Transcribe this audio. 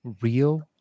Real